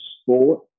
sport